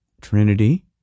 Trinity